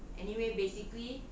anyway basically